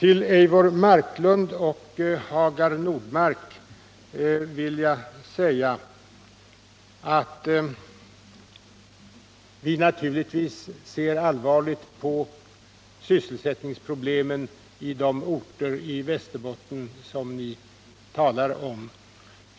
Till Eivor Marklund och Hagar Nordmark vill jag säga att vi naturligtvis ser allvarligt på sysselsättningsproblemen i de orter i Västerbotten som ni talar om.